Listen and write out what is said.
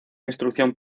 instrucción